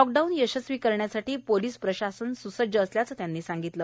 lockdown यशस्वी करण्यासाठी police प्रशासन स्सज्ज असल्याचं त्यांनी सांगितलं